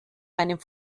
meinem